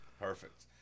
Perfect